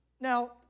Now